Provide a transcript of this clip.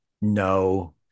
No